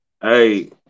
Hey